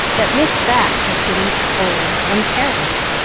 that miss bat was getting old and careless,